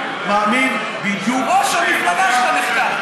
ראש המפלגה שלך נחקר,